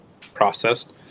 processed